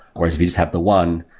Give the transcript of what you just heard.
or as we just have the one,